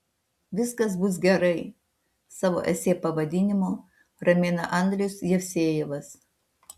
viskas bus gerai savo esė pavadinimu ramina andrius jevsejevas